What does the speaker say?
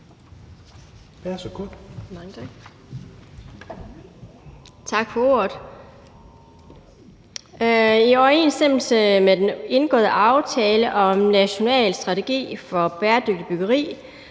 I overensstemmelse med den indgåede aftale om national strategi for bæredygtigt byggeri